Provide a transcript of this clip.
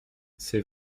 c’est